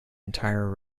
entire